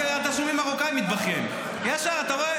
אתה שומע מרוקאי, מתבכיין, ישר, אתה רואה?